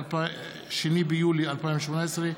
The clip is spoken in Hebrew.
2 ביולי 2018,